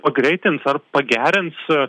pagreitins ar pagerins